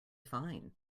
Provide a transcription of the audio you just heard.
fine